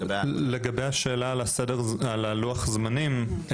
לגבי השאלה על לוח הזמנים,